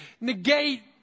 negate